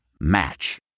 Match